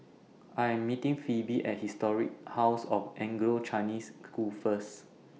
I Am meeting Phoebe At Historic House of Anglo Chinese School First